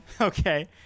Okay